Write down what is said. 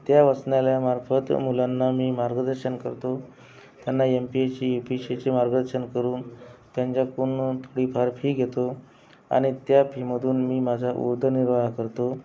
त्या वाचनालयामार्फत मुलांना मी मार्गदर्शन करतो त्यांना M P S C U P S शीचे मार्गदर्शन करून त्यांच्याकून थोडीफार फी घेतो आणि त्या फीमधून मी माझा उदरनिर्वाह करतो